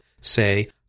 say